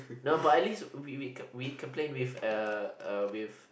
not but at least we we we complain with uh with